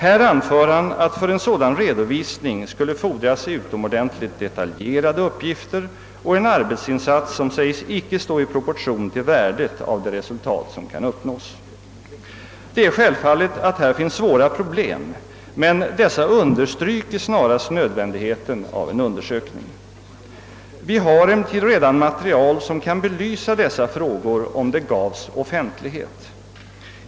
Här anför han att det för en sådan redovisning skulle fordras utomordentligt detaljerade uppgifter och en arbetsinsats som sägs icke stå i proportion till värdet av det resultat som kan uppnås. Det är självfallet att här finns svåra problem, men dessa understryker snarast nödvändigheten av en undersökning. Vi har emellertid redan material som skulle kunna belysa dessa frågor, om det gavs offentlighet.